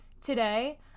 Today